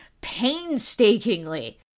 painstakingly